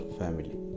family